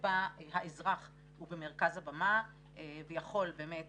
שבה האזרח הוא במרכז הבמה ויכול באמת